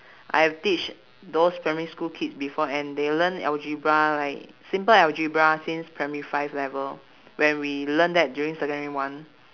I've teach those primary school kids before and they learn algebra like simple algebra since primary five level when we learn that during secondary one